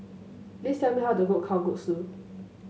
please tell me how to cook Kalguksu